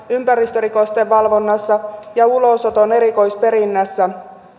ympäristörikosten valvonnassa ja ulosoton erikoisperinnässä